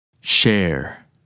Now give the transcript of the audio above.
Share